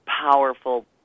powerful